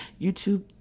youtube